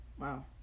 Wow